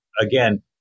again